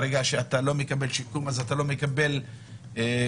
ברגע שאתה לא מקבל שיקום, אז אתה לא מקבל שליש.